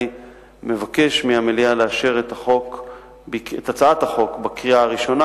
אני מבקש מהמליאה לאשר את הצעת החוק בקריאה הראשונה